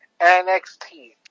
NXT